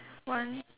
one